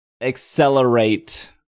accelerate